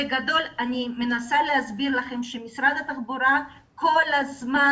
בגדול אני מנסה להסביר לכם שמשרד התחבורה כל הזמן